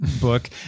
book